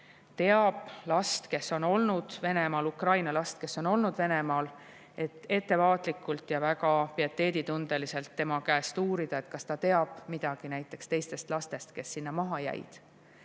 igaüks, kes teab Ukraina last, kes on olnud Venemaal, võiks ettevaatlikult ja väga pieteeditundeliselt tema käest uurida, kas ta teab midagi näiteks teistest lastest, kes sinna maha jäid,